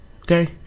okay